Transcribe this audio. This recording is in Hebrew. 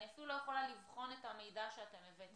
אני אפילו לא יכולה לבחון את המידע שאתם הבאתם לנו.